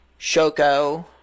Shoko